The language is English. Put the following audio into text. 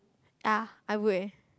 ah I would